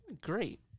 Great